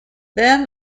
then